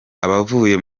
abavuye